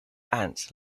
ants